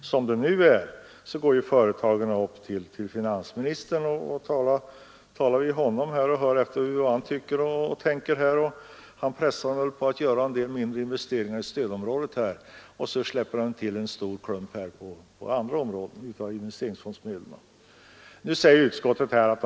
Som det nu är går företagarna upp till finansministern, talar med honom och hör efter vad han tycker och tänker. Han pressar dem väl till att göra en del mindre investeringar i stödområdet, och sedan släpper han till en stor klump av investeringsfondsmedel till andra områden.